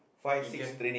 in camp